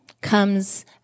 comes